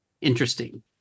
interesting